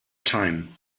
time